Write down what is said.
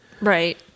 right